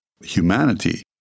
humanity